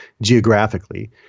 geographically